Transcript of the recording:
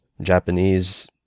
Japanese